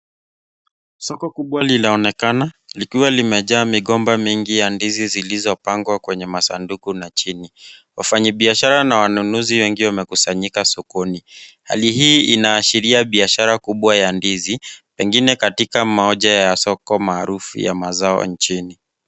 Soko kubwa linaonekana likiwa limejaa migomba mingi ya ndizi zilizopangwa kwenye masanduku na chini. Wafanyabiasharana na wanunuzi wengi wamekusanyika sokoni. Hali hii inaashiria biashara kubwa ya ndizi, pengine katika moja ya soko maarufu ya mazao nchini.